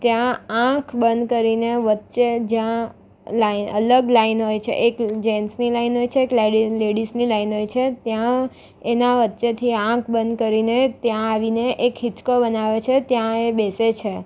ત્યાં આંખ બંધ કરીને વચ્ચે જ્યાં અલગ લાઇન હોય છે એક જેન્ટ્સની લાઇન હોય છે એક લેડિઝની લાઇન હોય છે ત્યાં એના વચ્ચેથી આંખ બંધ કરીને ત્યાં આવીને એક હિંચકો બનાવે છે ત્યાં એ બેસે છે